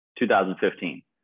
2015